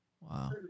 Wow